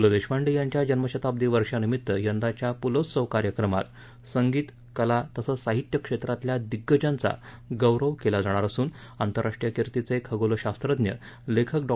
ल देशपांडे यांच्या जन्मशताब्दी वर्षानिमित्त यंदाच्या पुलोत्सव कार्यक्रमात संगीत कला तसंच साहित्य क्षेत्रातल्या दिग्गजांचा गौरव केला जाणार असून आंतरराष्ट्रीय कीर्तीचे खगोलशास्त्रज्ञ लेखक डॉ